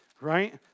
Right